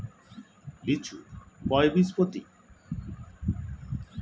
লিচু কয় বীজপত্রী?